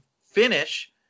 finish